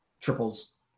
triples